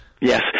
Yes